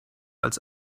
als